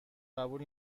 قبول